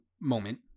moment